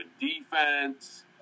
defense